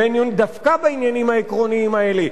דווקא בעניינים העקרוניים האלה,